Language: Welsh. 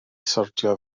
sortio